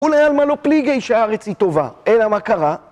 כולי עלמא לא פליגי שהארץ היא טובה, אלא מה קרה.